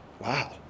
Wow